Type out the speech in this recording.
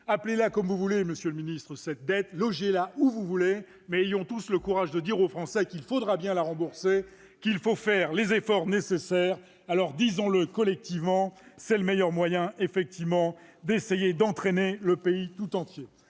dette comme vous le voulez, monsieur le ministre, logez-la où vous voulez, mais ayons tous le courage de dire aux Français qu'il faudra bien la rembourser, qu'il faut faire les efforts nécessaires. Absolument ! Alors, disons-le collectivement, c'est le meilleur moyen d'entraîner le pays tout entier.